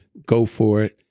go for it.